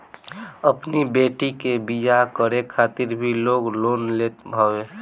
अपनी बेटी के बियाह करे खातिर भी लोग लोन लेत हवे